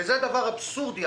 זה דבר אבסורדי.